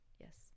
Yes